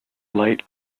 light